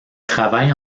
travaille